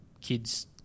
kids